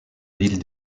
ville